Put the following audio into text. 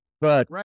but-